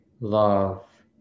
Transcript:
love